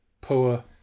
poor